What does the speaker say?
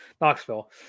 Knoxville